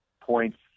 points